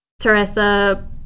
Teresa